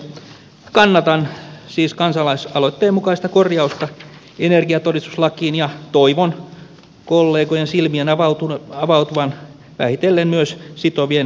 kannatan siis kansalaisaloitteen mukaista korjausta energiatodistuslakiin ja toivon kollegojen silmien avautuvan vähitellen myös sitovien kansanäänestysten tarpeellisuudelle